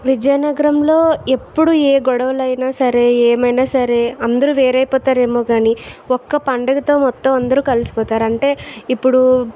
విజయనగరంలో ఎప్పుడు ఏ గొడవలు అయినా సరే ఏమైనా సరే అందరూ వేరైపోతారేమో కానీ ఒక్క పండగతో మొత్తం అందరూ కలిసి పోతారు అంటే ఇప్పుడూ